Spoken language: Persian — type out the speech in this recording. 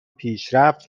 پیشرفت